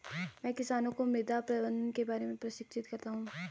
मैं किसानों को मृदा प्रबंधन के बारे में प्रशिक्षित करता हूँ